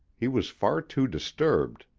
he was far too disturbed.